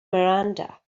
miranda